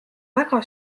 väga